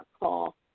call